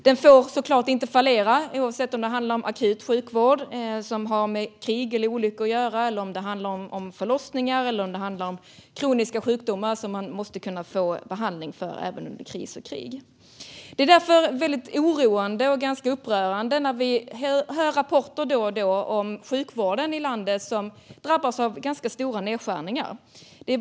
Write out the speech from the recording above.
Sjukvården får inte fallera, oavsett om det handlar om akut sjukvård som beror på krig eller olyckor, eller om det handlar om förlossningar eller kroniska sjukdomar, som man måste kunna få behandling för även under kris och krig. Det är därför oroande och upprörande när vi då och då hör rapporter om att sjukvården i landet drabbas av stora nedskärningar.